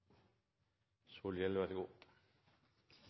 er det